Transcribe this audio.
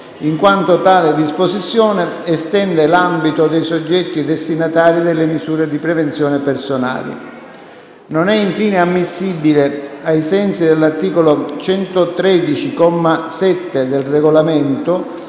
in quanto tale disposizione estende l'ambito dei soggetti destinatari delle misure di prevenzione personali. Non è infine ammissibile, ai sensi dell'articolo 113, comma 7, del Regolamento,